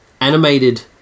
animated